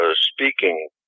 speaking